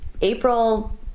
April